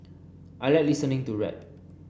I like listening to rap